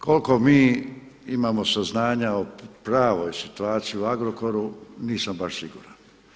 Koliko mi imamo saznanja o pravoj situaciji u Agrokoru nisam baš siguran.